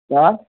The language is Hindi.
क्या